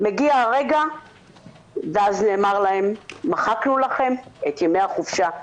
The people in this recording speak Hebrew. מגיע הרגע ואז נאמר להם 'מחקנו לכם את ימי החופשה'.